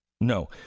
No